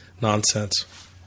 nonsense